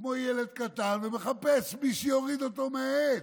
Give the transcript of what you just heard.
כמו ילד קטן ומחפש מי שיוריד אותו מהעץ.